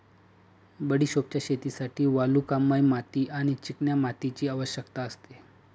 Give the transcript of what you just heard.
बडिशोपच्या शेतीसाठी वालुकामय माती आणि चिकन्या मातीची आवश्यकता असते